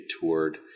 toured